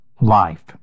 life